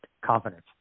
confidence